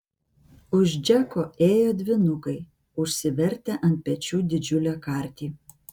už džeko ėjo dvynukai užsivertę ant pečių didžiulę kartį